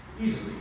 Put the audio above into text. easily